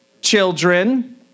children